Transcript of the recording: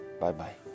Bye-bye